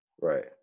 right